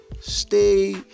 stay